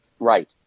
Right